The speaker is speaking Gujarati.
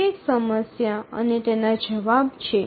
નીચે એક સમસ્યા અને તેના જવાબ છે